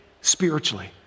spiritually